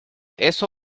eso